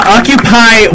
Occupy